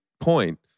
point